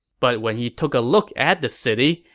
but when he took a look at the city,